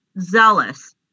zealous